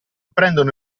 prendono